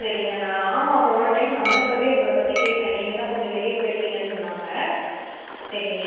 சரிங்கண்ணா ஆமாம் போன டைம் வந்தப்பவே உங்களை பற்றி கேட்டேன் நீங்கள் தான் கொஞ்சம் வெளியே போயிருக்கீங்கனு சொன்னாங்க சரிங்க